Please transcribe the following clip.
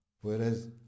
Whereas